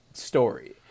story